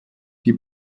die